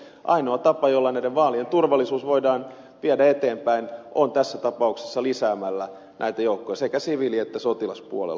ainoa tapa jolla näiden vaalien turvallisuutta voidaan viedä eteenpäin on tässä tapauksessa lisätä näitä joukkoja sekä siviili että sotilaspuolella